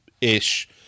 ish